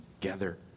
together